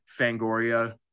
fangoria